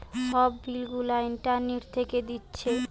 সব বিল গুলা ইন্টারনেট থিকে দিচ্ছে